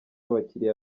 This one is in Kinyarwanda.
abakiliya